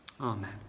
Amen